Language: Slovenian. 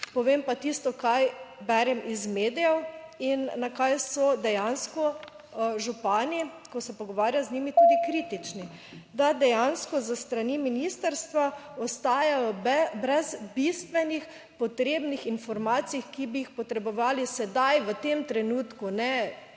povem pa tisto, kar berem iz medijev in na kaj so dejansko župani, ko se pogovarjam z njimi, tudi kritični, da dejansko s strani ministrstva ostajajo brez bistvenih potrebnih informacij, ki bi jih potrebovali sedaj v tem trenutku, ne naslednjega